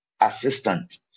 assistant